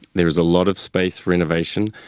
there's a lot of space for innovation.